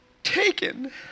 taken